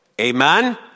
Amen